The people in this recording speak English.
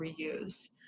reuse